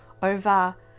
Over